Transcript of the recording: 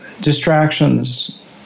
distractions